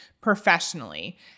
professionally